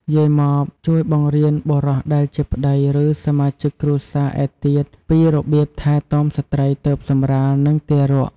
យាយម៉បជួយបង្រៀនបុរសដែលជាប្ដី ឬ សមាជិកគ្រួសារឯទៀតពីរបៀបថែទាំស្ត្រីទើបសម្រាល និងទារក។